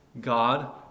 God